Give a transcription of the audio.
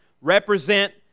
represent